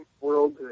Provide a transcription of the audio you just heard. world